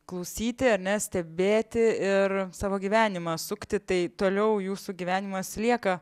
klausyti ar ne stebėti ir savo gyvenimą sukti tai toliau jūsų gyvenimas lieka